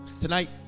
Tonight